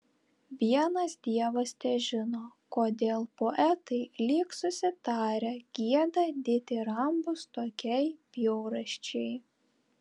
vienas dievas težino kodėl poetai lyg susitarę gieda ditirambus tokiai bjaurasčiai